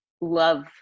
love